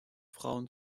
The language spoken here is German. frauen